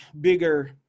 bigger